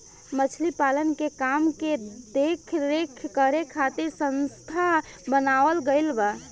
मछली पालन के काम के देख रेख करे खातिर संस्था बनावल गईल बा